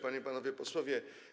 Panie i Panowie Posłowie!